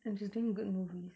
and she's doing good movies